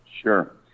Sure